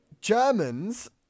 germans